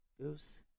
Goose